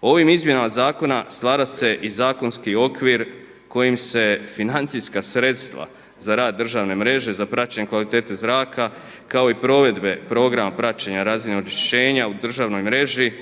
Ovim izmjenama zakona stvara se i zakonski okvir kojim se financijska sredstva za rad državne mreže, za praćenje kvalitete zraka kao i provedbe programa praćenja razine onečišćenja u državnoj mreži,